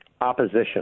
opposition